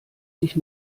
sich